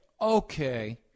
okay